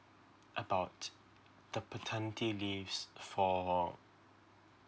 about the paternity leaves for